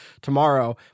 tomorrow